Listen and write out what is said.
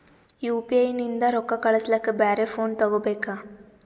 UPI ನಿಂದ ರೊಕ್ಕ ಕಳಸ್ಲಕ ಬ್ಯಾರೆ ಫೋನ ತೋಗೊಬೇಕ?